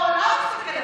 העולם מסתכל עלינו,